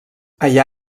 allà